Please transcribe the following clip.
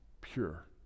pure